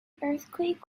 earthquake